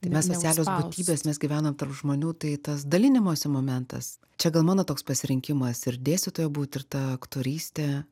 tai mes socialios būtybės mes gyvenam tarp žmonių tai tas dalinimosi momentas čia gal mano toks pasirinkimas ir dėstytoja būt ir ta aktorystė